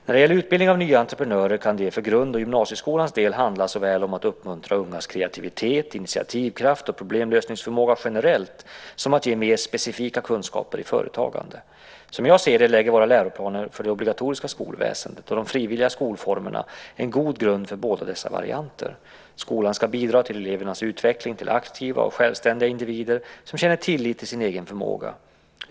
När det gäller utbildning av nya entreprenörer kan det för grund och gymnasieskolans del handla om såväl att uppmuntra ungas kreativitet, initiativkraft och problemlösningsförmåga generellt som att ge mer specifika kunskaper i företagande. Som jag ser det lägger våra läroplaner för det obligatoriska skolväsendet och de frivilliga skolformerna en god grund för båda dessa varianter. Skolan ska bidra till elevernas utveckling till aktiva och självständiga individer som känner tillit till sin egen förmåga.